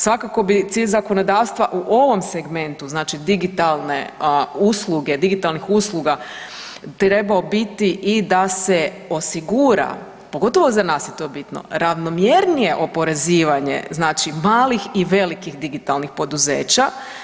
Svakako bi cilj zakonodavstva u ovom segmentu digitalne usluge, digitalnih usluga trebao biti i da se osigura, pogotovo za nas je to bitno, ravnomjernije oporezivanje malih i velikih digitalnih poduzeća.